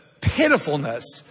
pitifulness